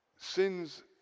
sins